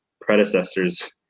predecessors